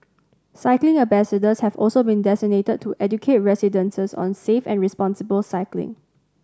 cycling ambassadors have also been designated to educate residents on safe and responsible cycling